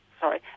sorry